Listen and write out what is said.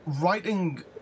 writing